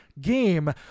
game